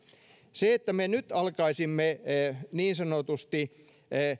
se että me nyt alkaisimme niin sanotusti